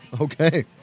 Okay